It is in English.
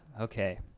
Okay